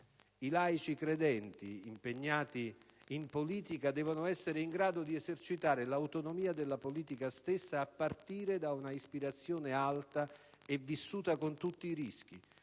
I laici credenti impegnati in politica devono essere in grado di esercitare l'autonomia della politica stessa a partire da un'ispirazione alta e vissuta con tutti i rischi,